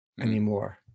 anymore